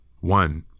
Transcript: one